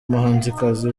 muhanzikazi